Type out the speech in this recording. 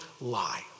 lie